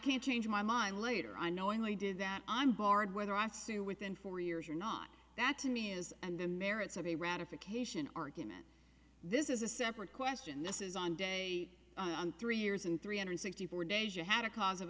can change my mind later i knowingly did that i'm barred whether i sue within four years or not that to me is and the merits of a ratification argument this is a separate question this is on day on three years and three hundred sixty four days you had a cause of